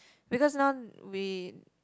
because now we